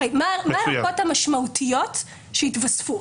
הרי, מהן הארכות המשמעותיות שהתווספו?